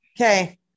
Okay